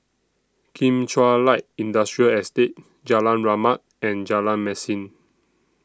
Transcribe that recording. Kim Chuan Light Industrial Estate Jalan Rahmat and Jalan Mesin